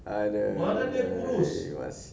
!aduh!